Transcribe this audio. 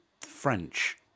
French